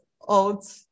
old